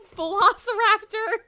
Velociraptor